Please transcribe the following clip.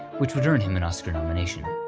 which would earn him an oscar nomination.